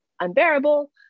unbearable